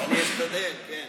אני אסתדר, כן.